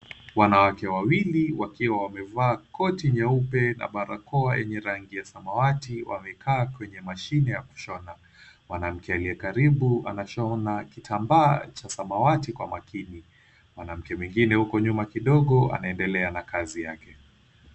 Wanawake wawili wakiwa wamevaa koti nyeupe na barakoa yenye rangi ya samawati wamekaa kwenye mashine ya kushona. Mwanamke aliyekaribu anashona kitambaa cha samawati kwa makini. Mwanamke mwingine huko nyuma kidogo anaendelea na kazi yake.